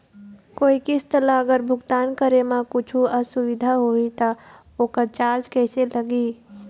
कोई किस्त ला अगर भुगतान करे म कुछू असुविधा होही त ओकर चार्ज कैसे लगी?